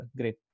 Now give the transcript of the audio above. great